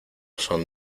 son